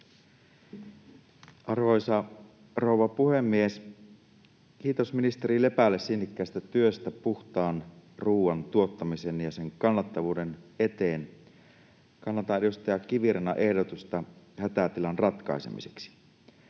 Arvoisa rouva puhemies! Kiitos ministeri Lepälle sinnikkäästä työstä puhtaan ruoan tuottamisen ja sen kannattavuuden eteen. Kannatan edustaja Kivirannan ehdotusta hätätilan ratkaisemiseksi.